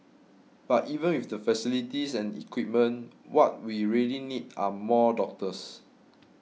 but even with the facilities and equipment what we really need are more doctors